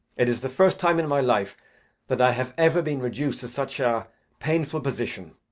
it is the first time in my life that i have ever been reduced to such a painful position,